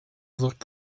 looked